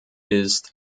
ist